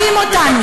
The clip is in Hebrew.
מה?